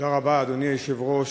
תודה רבה, אדוני היושב-ראש.